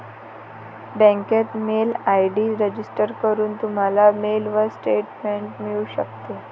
बँकेत mail ID register करून, तुम्हाला मेलवर स्टेटमेंट मिळू शकते